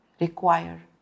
require